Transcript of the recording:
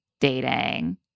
dating